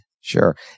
Sure